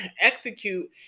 execute